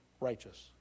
righteous